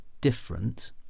different